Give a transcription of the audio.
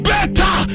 Better